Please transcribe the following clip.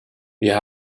wir